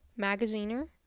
Magaziner